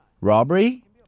Robbery